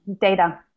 data